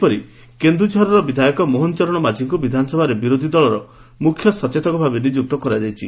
ସେହିପରି ବିଧାୟକ ମୋହନ ଚରଣ ମାଝୀଙ୍କୁ ବିଧାନସଭାରେ ବିରୋଧୀ ଦଳର ମୁଖ୍ୟ ସଚେତକ ଭାବେ ନିଯୁକ୍ତ କରାଯାଇଛି